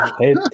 hey